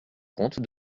compte